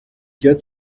get